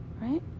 right